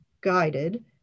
guided